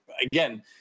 again